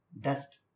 dust